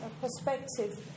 perspective